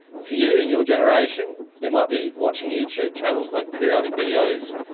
for you in your generation, it might be watching youtube channels like periodic videos,